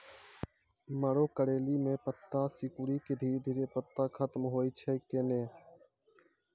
मरो करैली म पत्ता सिकुड़ी के धीरे धीरे पत्ता खत्म होय छै कैनै?